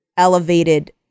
elevated